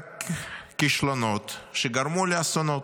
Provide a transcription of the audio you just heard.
רק כישלונות שגרמו לאסונות.